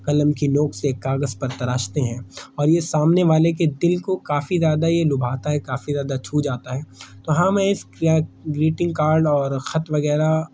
قلم کی نوک سے کاغذ پر تراشتے ہیں اور یہ سامنے والے کے دل کو کافی زیادہ یہ لبھاتا ہے کافی زیادہ چھو جاتا ہے تو ہاں میں اس گریٹنگ کارڈ اور خط وغیرہ